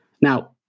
Now